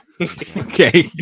Okay